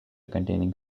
containing